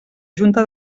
junta